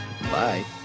bye